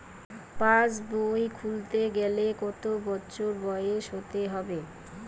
পাশবই খুলতে গেলে কত বছর বয়স হতে হবে?